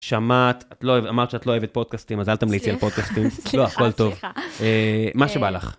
שמעת, אמרת שאת לא אוהבת פודקאסטים, אז אל תמליצי על פודקאסטים. סליחה, סליחה. מה שבא לך.